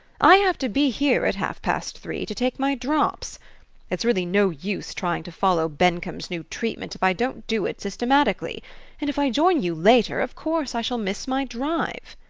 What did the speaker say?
i have to be here at half-past three to take my drops it's really no use trying to follow bencomb's new treatment if i don't do it systematically and if i join you later, of course i shall miss my drive.